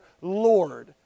Lord